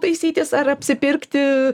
taisytis ar apsipirkti